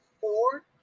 four